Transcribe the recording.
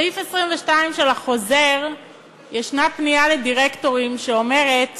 בסעיף 22 של החוזר יש פנייה לדירקטורים, שאומרת